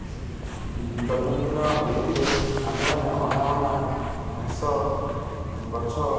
ଦୈନନ୍ଦିନ ରୀତିରେ ଆମ୍ଭେମାନେ ଅନାବନା ଘାସ ଗଛ